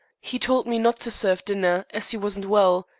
he told me not to serve dinner, as he wasn't well.